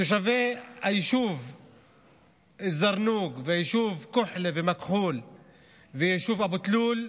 תושבי היישובים א-זרנוק, כוחלה, מכחול ואבו-תלול,